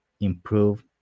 improve